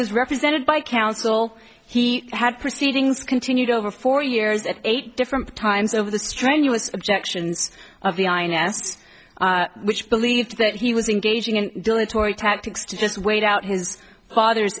was represented by counsel he had proceedings continued over four years and eight different times over the strenuous objections of the ins which believed that he was engaging in dilatory tactics to just wait out his father's